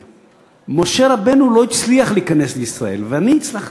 משה רבנו לא הצליח להיכנס לישראל, ואני הצלחתי.